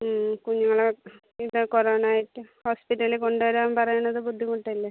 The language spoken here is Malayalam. ഉം കുഞ്ഞുങ്ങളെ ഇല്ല കൊറോണ ആയിട്ട് ഹോസ്പിറ്റലിൽ കൊണ്ടുവരാൻ പറയണത് ബുദ്ധിമുട്ടല്ലേ